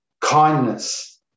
Kindness